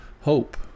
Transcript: hope